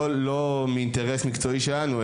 לא מאינטרס מקצועי שלנו,